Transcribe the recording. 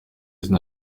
zina